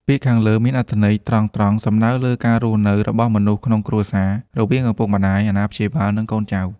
ពាក្យខាងលើមានអត្ថន័យត្រង់ៗ សំដៅលើការរស់នៅ របស់មនុស្សក្នុងគ្រួសារ រវាងឪពុកម្តាយ អាណាព្យាបាល និងកូនចៅ។